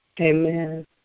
Amen